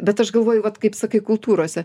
bet aš galvoju vat kaip sakai kultūrose